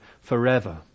forever